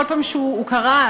כל פעם שהוא קרא,